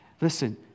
Listen